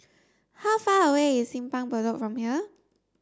how far away is Simpang Bedok from here